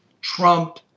Trump